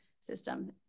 system